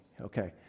Okay